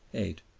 eight.